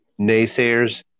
naysayers